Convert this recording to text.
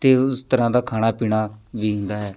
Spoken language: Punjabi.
ਅਤੇ ਉਸ ਤਰ੍ਹਾਂ ਦਾ ਖਾਣਾ ਪੀਣਾ ਵੀ ਹੁੰਦਾ ਹੈ